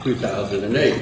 two thousand and eight